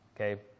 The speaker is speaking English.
okay